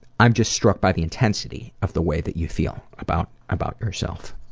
i'm just struck by the intensity of the way that you feel about, about yourself.